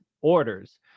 orders